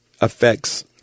affects